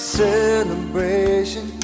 celebration